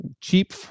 cheap